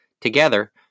Together